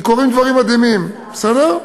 כי קורים דברים מדהימים, בסדר?